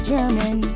German